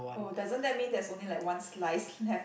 oh doesn't that mean there's only like one slice left